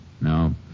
No